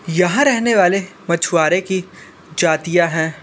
यहाँ रहनेवाले मछुआरे की जातियाँ हैं